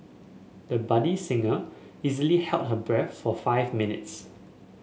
the budding singer easily held her breath for five minutes